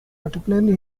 particularly